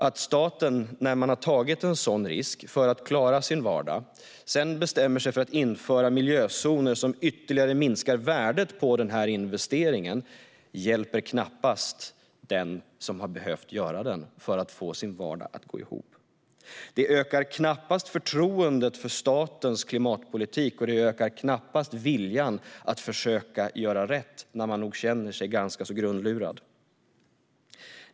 Att staten, när man har tagit en sådan risk för att klara sin vardag, bestämmer sig för att införa miljözoner som ytterligare minskar värdet på investeringen hjälper knappast den som har behövt göra den för att få sin vardag att gå ihop. Det ökar knappast förtroendet för statens klimatpolitik eller viljan att försöka göra rätt när man nog känner sig ganska grundlurad.